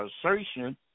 assertion